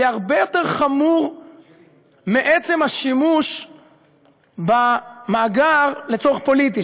זה הרבה יותר חמור מעצם השימוש במאגר לצורך פוליטי,